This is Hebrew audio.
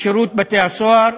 שירות בתי-הסוהר,